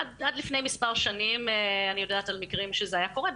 עד לפני מספר שנים אני יודעת על מקרים שזה היה קורה,